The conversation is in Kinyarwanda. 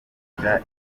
kwiga